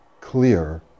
clear